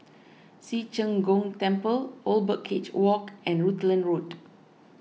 Ci Zheng Gong Temple Old Birdcage Walk and Rutland Road